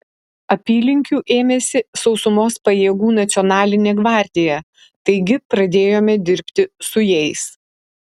apylinkių ėmėsi sausumos pajėgų nacionalinė gvardija taigi pradėjome dirbti su jais